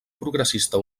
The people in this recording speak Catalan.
progressista